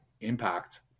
impact